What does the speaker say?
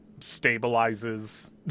stabilizes